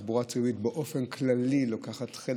התחבורה הציבורית באופן כללי לוקחת חלק